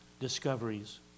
discoveries